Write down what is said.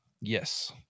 Yes